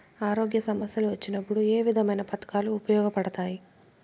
ఆరోగ్య సమస్యలు వచ్చినప్పుడు ఏ విధమైన పథకాలు ఉపయోగపడతాయి